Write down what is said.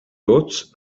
hotz